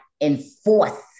enforce